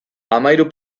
hamahiru